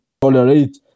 tolerate